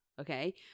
okay